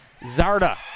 Zarda